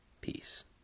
Peace